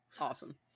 awesome